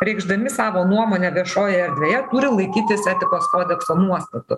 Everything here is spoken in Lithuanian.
reikšdami savo nuomonę viešojoje erdvėje turi laikytis etikos kodekso nuostatų